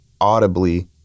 audibly